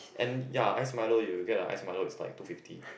and ya ice Milo you get a ice Milo is like two fifty